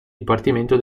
dipartimento